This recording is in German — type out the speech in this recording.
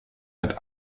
hat